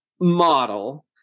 model